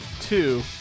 two